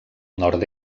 nord